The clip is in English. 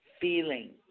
feeling